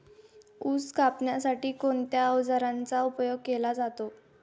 ऊस कापण्यासाठी कोणत्या अवजारांचा उपयोग केला जातो?